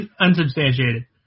unsubstantiated